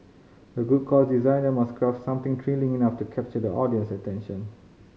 a good course designer must craft something thrilling enough to capture the audience attention